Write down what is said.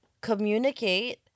communicate